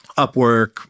Upwork